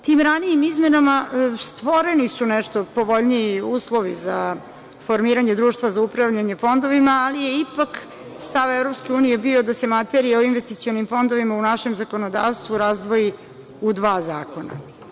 Tim ranijim izmenama stvoreni su nešto povoljniji uslovi za formiranje društva za upravljanje fondovima, ali je ipak stav EU bio da se materija o investicionim fondovima u našem zakonodavstvu razdvoji u dva zakona.